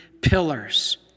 pillars